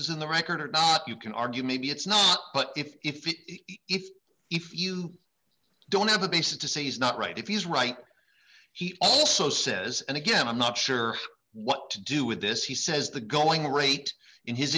is in the record or not you can argue maybe it's not but if if if you don't have a basis to say is not right if he's right he also says and again i'm not sure what to do with this he says the going rate in his